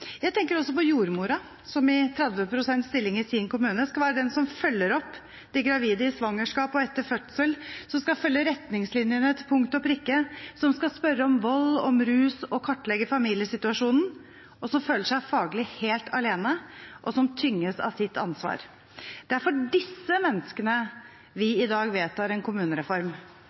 Jeg tenker også på jordmora, som i 30 pst. stilling i sin kommune skal være den som følger opp de gravide i svangerskap og etter fødsel, som skal følge retningslinjene til punkt og prikke, som skal spørre om vold og rus og kartlegge familiesituasjonen, som føler seg faglig helt alene, og som tynges av sitt ansvar. Det er for disse menneskene vi i dag vedtar en kommunereform.